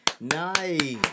Nice